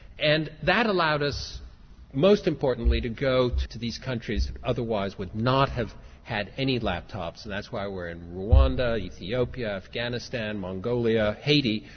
and that allowed us most importantly to go to to these countries who and otherwise would not have had any laptops and that's why we're in rwanda, ethiopia, afghanistan, mongolia, haiti,